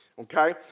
Okay